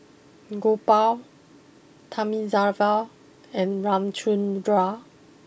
Gopal Thamizhavel and Ramchundra